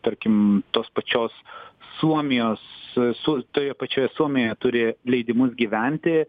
tarkim tos pačios suomijos su toje pačioje suomijoje turi leidimus gyventi